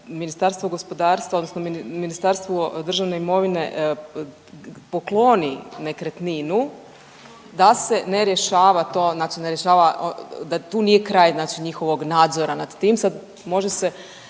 Ministarstvo gospodarstva odnosno Ministarstvo državne imovine pokloni nekretninu da se ne rješava to, znači ne rješava, da tu nije kraj znači njihovog nadzora nad tim. Sad može se